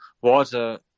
water